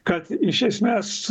kad iš esmės